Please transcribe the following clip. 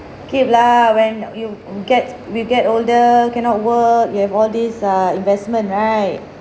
keep lah when you get you get older cannot work you have all these err investment right